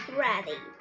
ready